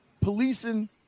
policing